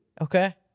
okay